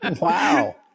wow